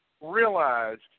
realized